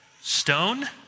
stone